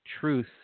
truth